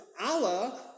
Allah